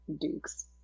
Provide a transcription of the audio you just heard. dukes